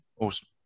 Awesome